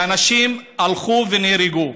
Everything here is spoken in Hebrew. ואנשים הלכו ונהרגו.